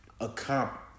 accomplish